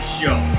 Show